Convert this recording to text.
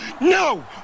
No